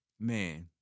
Man